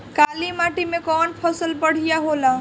काली माटी मै कवन फसल बढ़िया होला?